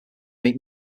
meet